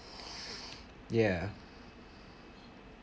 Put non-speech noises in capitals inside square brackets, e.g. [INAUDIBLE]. [BREATH] ya